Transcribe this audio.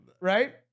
Right